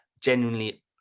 genuinely